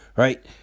Right